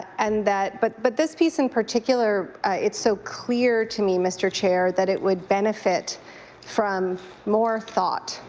and that but but this piece in particular it's so clear to me mr. chair that it would benefit from more thought.